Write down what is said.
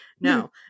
no